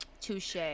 Touche